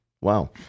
Wow